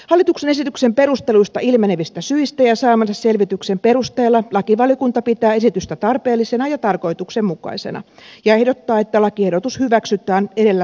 hallituksen esityksen perusteluista ilmenevistä syistä ja saamansa selvityksen perusteella lakivaliokunta pitää esitystä tarpeellisena ja tarkoituksenmukaisena ja ehdottaa että lakiehdotus hyväksytään edellä todetusti muutettuna